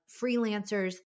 freelancers